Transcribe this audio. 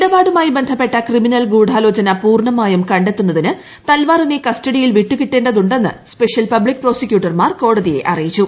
ഇടപാടുമായി ബന്ധപെട്ട ക്രിമിനൽ ഗൂഡാലോചന പൂർണമായും കണ്ടെത്തുന്നതിന് തൽവാറിനെ കസ്റ്റഡിയിൽ വിട്ടുകിട്ടേണ്ടതുണ്ടെന്ന് സ്പെഷ്യൽ പബ്ലിക്ക് പ്രോസിക്യൂട്ടർമാർ കോടതിയെ അറിയിച്ചു